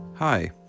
Hi